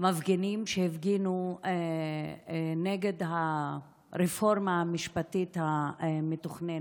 מפגינים שהפגינו נגד הרפורמה המשפטית המתוכננת.